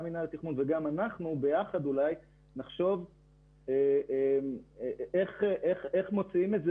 גם מינהל התכנון וגם אנחנו ביחד אולי נחשוב איך מוציאים את זה